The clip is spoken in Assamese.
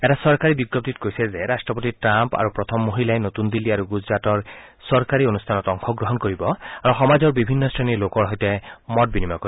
এটা চৰকাৰী বিজ্ঞপ্তিত কৈছে যে ৰাট্টপতি ট্ৰাম্প আৰু প্ৰথম মহিলাই নতুন দিল্লী আৰু গুজৰাটত চৰকাৰী অনুষ্ঠানত অংশগ্ৰহণ কৰিব আৰু সমাজৰ বিভিন্ন শ্ৰেণীৰ লোকৰ সৈতে মত বিনিময় কৰিব